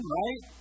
right